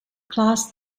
class